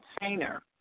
container